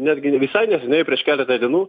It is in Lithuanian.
netgi visai neseniai prieš keletą dienų